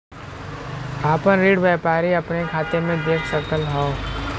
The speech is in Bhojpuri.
आपन ऋण व्यापारी अपने खाते मे देख सकत हौ